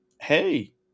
hey